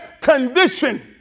condition